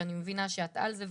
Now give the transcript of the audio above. שאני מבינה שאת על זה.